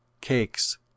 cakes